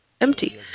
empty